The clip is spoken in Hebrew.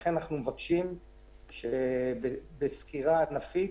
לכן אנחנו מבקשים שבסקירה ענפית,